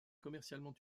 commercialement